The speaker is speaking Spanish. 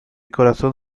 corazón